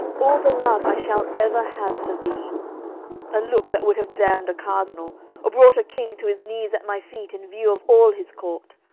all the love i shall ever have for thee a look that would have damned a cardinal or brought a king to his knees at my feet in view of all his court.